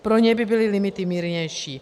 Pro ně by byly limity mírnější.